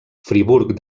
friburg